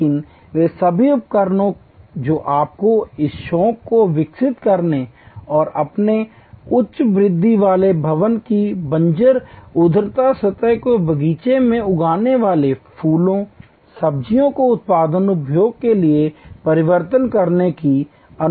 लेकिन वे सभी उपकरण जो आपको उस शौक को विकसित करने और अपने उच्च वृद्धि वाले भवन की बंजर ऊर्ध्वाधर सतह को बगीचे में उगने वाले फूलों सब्जियों को उत्पादक उपभोग के लिए परिवर्तित करने की अनुमति देंगे